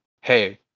hey